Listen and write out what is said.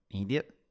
idiot